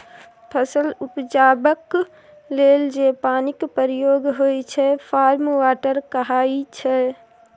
फसल उपजेबाक लेल जे पानिक प्रयोग होइ छै फार्म वाटर कहाइ छै